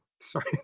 Sorry